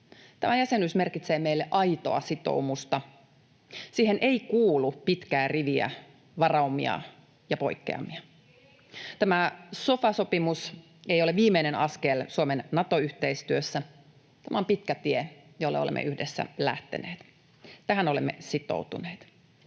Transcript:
Tämä jäsenyys merkitsee meille aitoa sitoumusta. Siihen ei kuulu pitkää riviä varaumia ja poikkeamia. Tämä sofa-sopimus ei ole viimeinen askel Suomen Nato-yhteistyössä. Tämä on pitkä tie, jolle olemme yhdessä lähteneet. Tähän olemme sitoutuneet.